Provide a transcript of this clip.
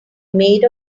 maid